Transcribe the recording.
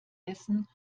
essen